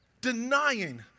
denying